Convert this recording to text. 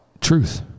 truth